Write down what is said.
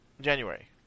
January